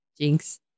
jinx